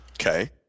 Okay